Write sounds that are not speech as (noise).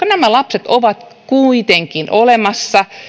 (unintelligible) nämä lapset ovat kuitenkin olemassa